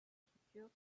structures